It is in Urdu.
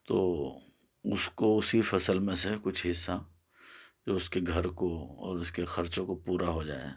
تو اس کو اسی فصل میں سے کچھ حصہ جو اس کے گھر کو اور اس کے خرچے کو پورا ہو جائے